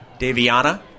Daviana